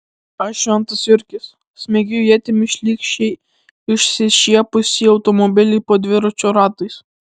aš šventas jurgis smeigiu ietimi šlykščiai išsišiepusį automobilį po dviračio ratais